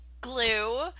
glue